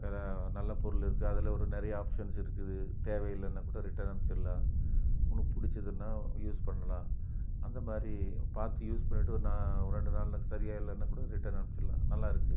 வேறு நல்ல பொருள் இருக்குது அதில் ஒரு நிறையா ஆப்ஷன்ஸ் இருக்குது தேவையில்லன்னா கூட ரிட்டன் அனுச்சிர்லாம் உனக்கு பிடிச்சிதுன்னா யூஸ் பண்ணலாம் அந்த மாதிரி பார்த்து யூஸ் பண்ணிட்டு ஒரு ஒரு ரெண்டு நாளில் சரியாக இல்லைன்னா கூட ரிட்டன் அனுச்சிர்லாம் நல்லா இருக்குது